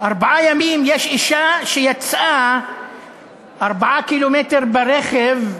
יש אישה שיצאה 4 קילומטר ברכב,